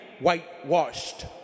whitewashed